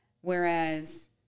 whereas